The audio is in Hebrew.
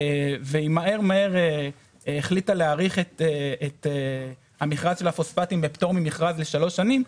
ומהר מהר החליטה להאריך את המכרז של הפוספטים לפטור ממכרז לשלוש שנים,